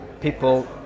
people